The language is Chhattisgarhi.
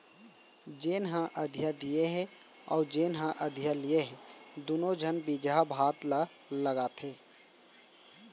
जेन ह अधिया दिये हे अउ जेन ह अधिया लिये हे दुनों झन बिजहा भात ल लगाथें